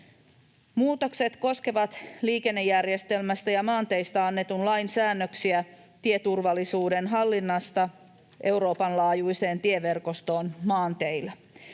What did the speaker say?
Muutokset koskevat liikennejärjestelmästä ja maanteistä annetun lain säännöksiä tieturvallisuuden hallinnasta Euroopan laajuisen tieverkoston maanteillä.